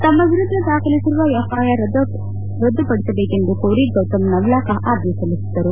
ತಮ್ಮ ವಿರುದ್ಲ ದಾಖಲಿಸಿರುವ ಎಫ್ಐಆರ್ ರದ್ಲುಪಡಿಸಬೇಕೆಂದು ಕೋರಿ ಗೌತಮ್ ನವ್ಲಾಕಾ ಅರ್ಜಿ ಸಲ್ಲಿಸಿದ್ದರು